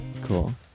Cool